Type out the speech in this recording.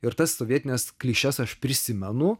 ir tas sovietines klišes aš prisimenu